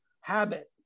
habit